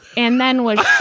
and then what?